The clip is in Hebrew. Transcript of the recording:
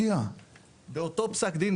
רשאי להודיע למוסד בכתב על סיום ההתקשרות,